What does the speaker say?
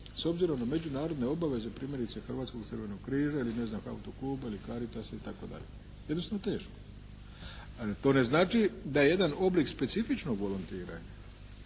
s obzirom na međunarodne obaveze primjerice hrvatskog Crvenog križa, ili ne znam, Autokluba ili Caritasa, itd., jednostavno teško. Ali to ne znači da jedan oblik specifičnog volontiranja